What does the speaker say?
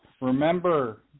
remember